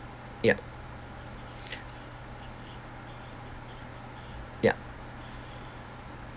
ya ya